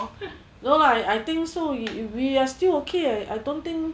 no lah I think so we are still okay I don't think